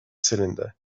cylinder